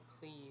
please